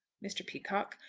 mr. peacocke,